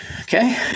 okay